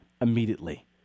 immediately